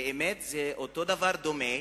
באמת זה אותו דבר, דומה,